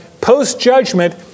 post-judgment